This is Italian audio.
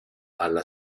alla